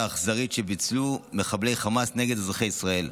האכזרית שביצעו מחבלי חמאס נגד אזרחי ישראל.